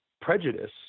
prejudice